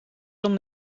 dan